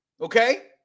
okay